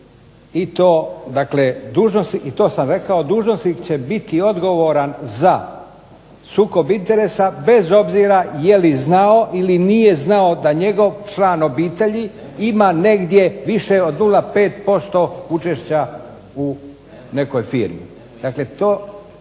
za sve članove i obitelj i to sam rekao, dužnosnik će biti odgovoran za sukob interesa bez obzira je li znao ili nije znao da njegov član obitelji ima negdje više od 0,5% učešća u nekoj firmi. Dakle, to